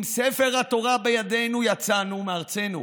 עם ספר התורה בידנו יצאנו מארצנו